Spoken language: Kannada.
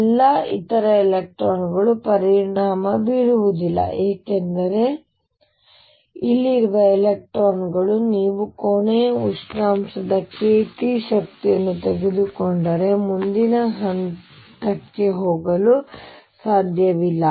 ಎಲ್ಲಾ ಇತರ ಎಲೆಕ್ಟ್ರಾನ್ಗಳು ಪರಿಣಾಮ ಬೀರುವುದಿಲ್ಲ ಏಕೆಂದರೆ ಇಲ್ಲಿರುವ ಎಲೆಕ್ಟ್ರಾನ್ ನೀವು ಕೋಣೆಯ ಉಷ್ಣಾಂಶದ kT ಶಕ್ತಿಯನ್ನು ತೆಗೆದುಕೊಂಡರೆ ಮುಂದಿನ ಹಂತಕ್ಕೆ ಹೋಗಲು ಸಾಧ್ಯವಿಲ್ಲ